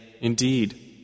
Indeed